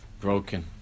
broken